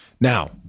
Now